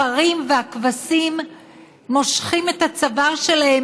הפרים והכבשים מושכים את הצוואר שלהם